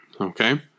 Okay